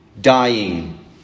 dying